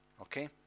Okay